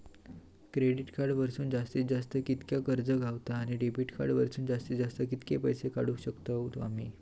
Credit card वरसून जास्तीत जास्त कितक्या कर्ज गावता, आणि डेबिट कार्ड वरसून जास्तीत जास्त कितके पैसे काढुक शकतू आम्ही?